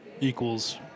equals